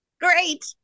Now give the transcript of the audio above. Great